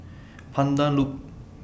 Pandan Loop